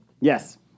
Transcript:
Yes